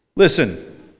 Listen